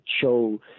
show